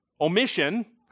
omission